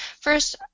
first